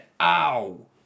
ow